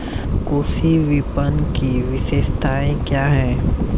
कृषि विपणन की विशेषताएं क्या हैं?